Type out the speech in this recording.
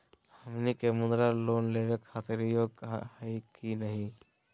हमनी के मुद्रा लोन लेवे खातीर योग्य हई की नही?